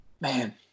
man